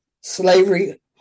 Slavery